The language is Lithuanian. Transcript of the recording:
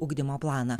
ugdymo planą